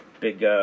Big